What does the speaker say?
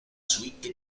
suite